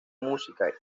música